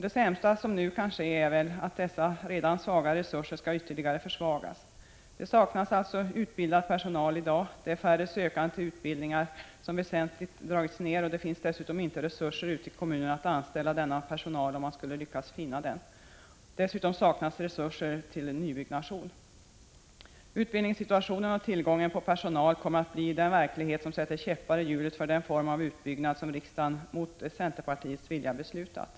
Det sämsta som nu kan hända är väl att dessa redan svaga resurser ytterligare försvagas. Det saknas alltså i dag utbildad personal. Det är färre sökande till utbildningen, som väsentligt dragits ned, och det finns dessutom i kommunerna inte resurser att anställa den personal som man eventuellt lyckas finna. Dessutom saknas resurser till nybyggnation. Utbildningssituationen och tillgången på personal kommer att bli den verklighet som sätter käppar i hjulet för den form av utbyggnad som riksdagen mot centerns vilja beslutat.